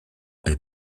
est